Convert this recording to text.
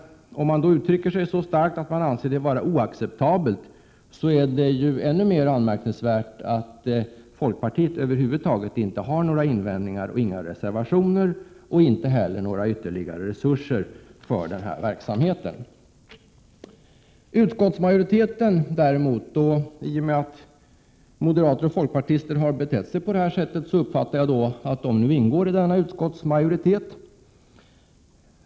Om man uttrycker sig så starkt att man anser det vara oacceptabelt, är det ju ännu mer anmärkningsvärt att folkpartiet över huvud taget inte har fört fram några invändningar i form av reservationer och inte heller föreslår några ytterligare resurser för verksamheten. I och med att moderater och folkpartister har betett sig på det här sättet, uppfattar jag att de ingår i utskottsmajoriteten.